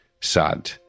sad